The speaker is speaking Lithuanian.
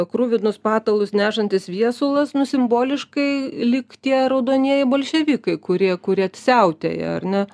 kruvinus patalus nešantis viesulas nu simboliškai lyg tie raudonieji bolševikai kurie kurie siautėja ar ne